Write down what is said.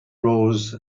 rose